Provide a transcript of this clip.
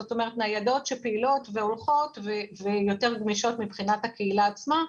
זאת אומרת ניידות שפעילות ויותר גמישות מבחינת הקהילה עצמה.